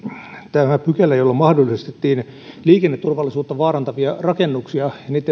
tämä pykälä jolla mahdollistettiin liikenneturvallisuutta vaarantavien rakennusten